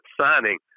signing